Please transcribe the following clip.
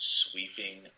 sweeping